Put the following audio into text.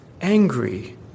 angry